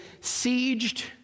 sieged